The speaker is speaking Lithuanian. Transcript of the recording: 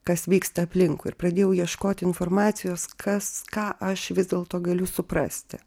kas vyksta aplinkui ir pradėjau ieškoti informacijos kas ką aš vis dėlto galiu suprasti